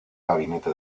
gabinete